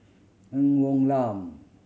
Ng Woon Lam